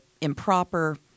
improper